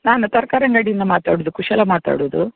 ನಾನು ತರಕಾರಿ ಅಂಗಡಿಯಿಂದ ಮಾತಾಡೋದು ಕುಶಲ ಮಾತಾಡೋದು